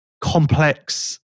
complex